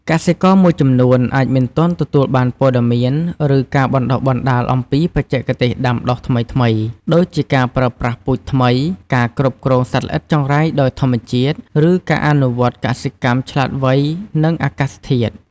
កសិករមួយចំនួនអាចមិនទាន់ទទួលបានព័ត៌មាន ឬការបណ្ដុះបណ្ដាលអំពីបច្ចេកទេសដាំដុះថ្មីៗ ដូចជាការប្រើប្រាស់ពូជថ្មី ការគ្រប់គ្រងសត្វល្អិតចង្រៃដោយធម្មជាតិ ឬការអនុវត្តកសិកម្មឆ្លាតវៃនឹងអាកាសធាតុ។